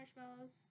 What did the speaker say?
marshmallows